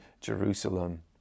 Jerusalem